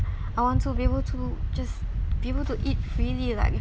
I want to be able to just be able to eat freely like